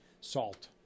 salt